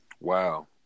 Wow